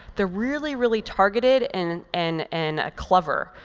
they're really, really targeted and and and clever.